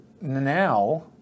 now